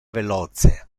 veloce